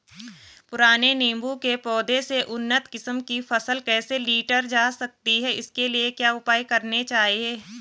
पुराने नीबूं के पौधें से उन्नत किस्म की फसल कैसे लीटर जा सकती है इसके लिए क्या उपाय करने चाहिए?